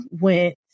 went